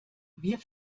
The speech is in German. wir